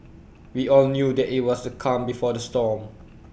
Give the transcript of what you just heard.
we all knew that IT was the calm before the storm